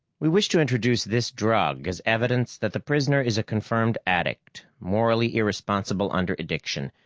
we wish to introduce this drug as evidence that the prisoner is a confirmed addict, morally irresponsible under addiction.